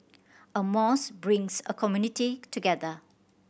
a mosque brings a community together